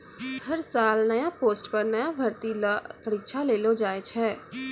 हर साल नया पोस्ट पर नया भर्ती ल परीक्षा लेलो जाय छै